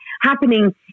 happening